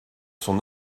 son